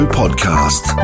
podcast